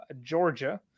Georgia